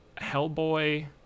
hellboy